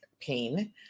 pain